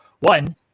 One